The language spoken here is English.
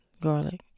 Garlic